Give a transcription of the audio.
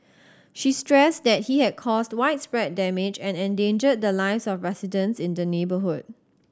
she stressed that he had caused widespread damage and endangered the lives of residents in the neighbourhood